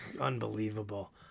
Unbelievable